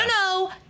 no